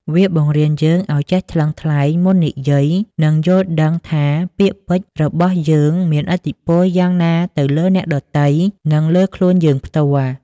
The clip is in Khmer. វាបង្រៀនយើងឱ្យចេះថ្លឹងថ្លែងមុននិយាយ និងយល់ដឹងថាពាក្យពេចន៍របស់យើងមានឥទ្ធិពលយ៉ាងណាទៅលើអ្នកដទៃ និងលើខ្លួនយើងផ្ទាល់។